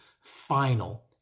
final